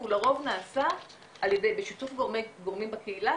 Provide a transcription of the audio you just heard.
שהוא לרוב נעשה בשיתוף גורמים בקהילה,